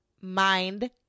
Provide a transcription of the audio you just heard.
Mind